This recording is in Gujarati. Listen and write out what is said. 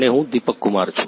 અને હું દિપકકુમાર છું